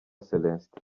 celestin